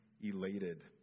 elated